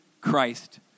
Christ